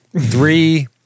Three